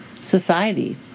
society